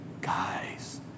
guys